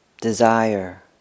desire